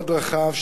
מאוד רחב,